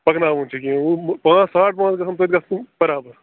پکاوُن چھِ کینٛہہ وٕ پانژھ ساڑ پانژھ کٔرۍ زیٚس وٕ برابر